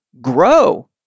grow